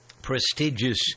prestigious